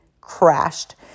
crashed